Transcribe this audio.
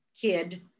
kid